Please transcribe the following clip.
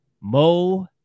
Mo